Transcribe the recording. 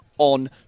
On